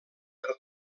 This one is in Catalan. per